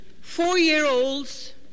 four-year-olds